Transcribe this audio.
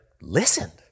listened